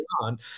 on